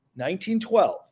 1912